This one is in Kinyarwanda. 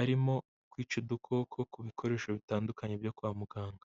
arimo kwica udukoko ku bikoresho bitandukanye byo kwa muganga.